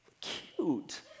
cute